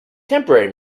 temporary